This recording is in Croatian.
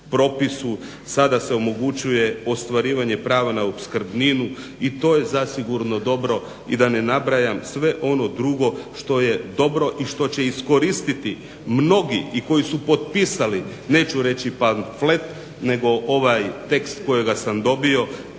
propisu sada se omogućuje ostvarivanje prava na opskrbninu i to je zasigurno dobro. I da ne nabrajam sve ono drugo što je dobro i što će iskoristiti mnogi i koji su potpisali neću reći pamflet nego ovaj tekst kojega sam dobio